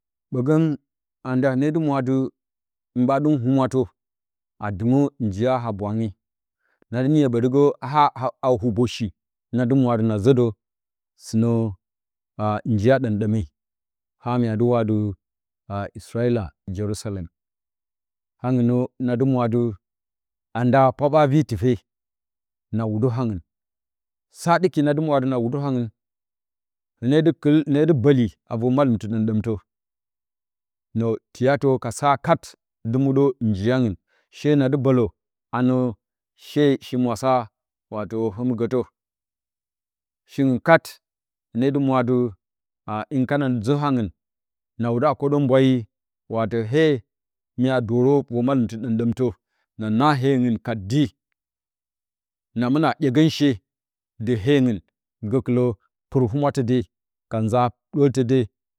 Bogən anda hɨne dɨ mwatɨ hinɓa dɨm humwatə a dimə njiya habwange nadɨ niyə ɓotigə ha ha a hubəshi nadɨ mwadɨ na zə də sɨnə njiya domdome hya mya dɨ watɨ israila jerusalem haungnə nadɨ mwatɨ anda pwa ɓavi tufe na wudə haungu sa diki nadɨ mwatɨ na wudə haungu hinedɨ kul hine dɨ bɨl boli a vor malɨ mɨɨ domdontə nə tiyatə ka sag dɨ muɗə njiyaungu she na di bela anə she shi murasa wato həməga shiungu kat hɨnedɨ mwadɨ a hɨn kan zo haungu na wuda ɗəambwani wawto hye mya dorə vor malɨmtɨ domdomtə na naa hyeungu ka dɨɨ na muna duegən she dɨ hyeungn gəkɨlə pɨr humwatɨde ka uza doltɨde.